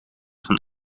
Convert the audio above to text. van